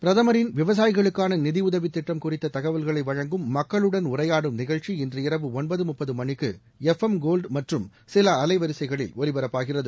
பிரதமரின் விவசாயிகளுக்கான நிதியுதவி திட்டம் குறித்த தகவல்களை வழங்கும் மக்களுடன் உரையாடும் நிகழ்ச்சி இன்று இரவு இஒன்பது முப்பது மணிக்கு எஃப் எம் கோல்டு மற்றும் சிலப் அலைவரிசைகளில் ஒலிபரப்பாகிறது